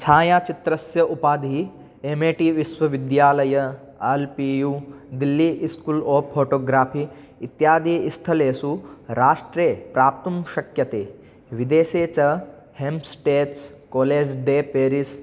छायाच्चित्रस्य उपाधिः M A T विश्वविद्यालय L P U Delhi school of photography इत्यादि स्थलेसु राष्ट्रे प्राप्तुं शक्यते विदेशे च hem states college de Paris